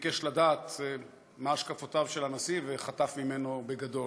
שביקש לדעת מה השקפותיו של הנשיא וחטף ממנו בגדול.